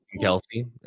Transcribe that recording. Kelsey